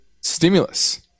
stimulus